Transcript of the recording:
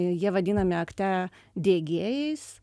jie vadinami akte diegėjais